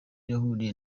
yahuriye